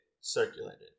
circulated